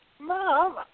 Mom